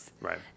Right